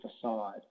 facade